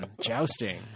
Jousting